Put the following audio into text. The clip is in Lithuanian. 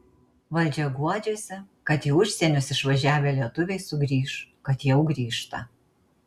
valdžia guodžiasi kad į užsienius išvažiavę lietuviai sugrįš kad jau grįžta